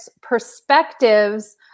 perspectives